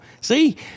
see